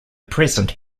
present